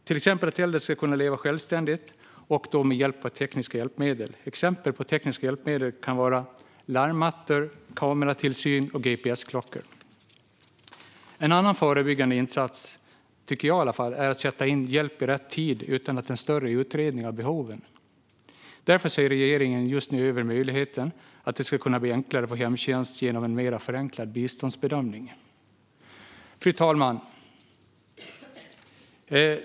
Äldre ska till exempel kunna leva självständigt med hjälp av tekniska hjälpmedel såsom larmmattor, kameratillsyn och gps-klockor. En annan förebyggande insats är, tycker i varje fall jag, att sätta in hjälp i rätt tid utan en större utredning av behoven. Därför ser regeringen just nu över möjligheten att det genom en förenklad biståndsbedömning ska bli enklare att få hemtjänst. Fru talman!